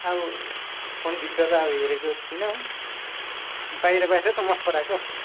अब फोनभित्रको अब हेरेको थिइनँ हो बाहिर बाहिर त मन पराएको